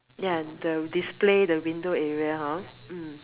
ya the display the window area hor mm